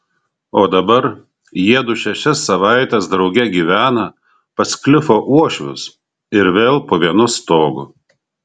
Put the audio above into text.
o dabar jiedu šešias savaites drauge gyvena pas klifo uošvius ir vėl po vienu stogu